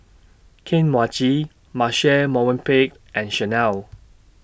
Kane Mochi Marche Movenpick and Chanel